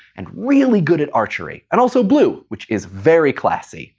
and really good at archery, and also blue which is very classy.